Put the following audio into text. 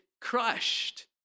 crushed